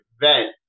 event